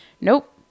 Nope